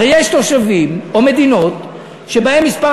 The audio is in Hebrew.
הרי יש תושבים או מדינות שבהן מספר